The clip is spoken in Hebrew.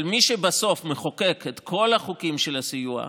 אבל מי שבסוף מחוקק את כל החוקים של הסיוע,